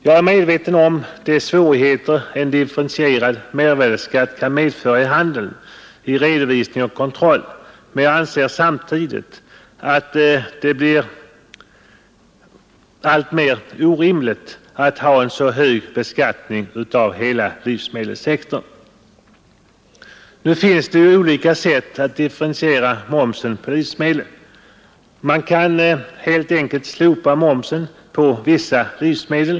Jag är medveten om de svårigheter en differentierad mervärdeskatt kan medföra i handeln vid redovisning och kontroll, men jag anser samtidigt att det blir alltmer orimligt att ha en så hög beskattning av hela livsmedelssektorn. Nu finns det ju olika sätt att differentiera momsen på livsmedel. Man kan helt enkelt slopa momsen på vissa livsmedel.